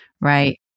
right